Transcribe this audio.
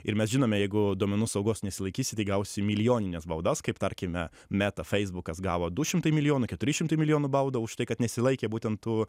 ir mes žinome jeigu duomenų saugos nesilaikysi tai gausi milijonines baudas kaip tarkime meta feisbukas gavo du šimtai milijonų keturi šimtai milijonų baudą už tai kad nesilaikė būtent tų